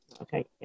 Okay